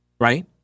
Right